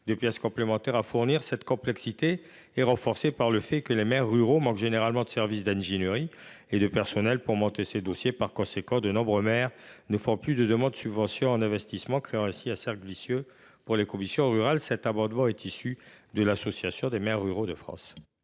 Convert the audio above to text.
de pièces complémentaires. Cette complexité est renforcée par le fait que les maires ruraux manquent généralement de services d’ingénierie et de personnel pour monter ces dossiers. Par conséquent, de nombreux maires ne font plus de demandes de subventions d’investissement, ce qui crée un cercle vicieux. Cet amendement a été inspiré par l’Association des maires ruraux de France